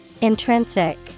Intrinsic